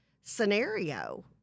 scenario